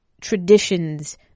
traditions